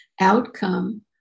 outcome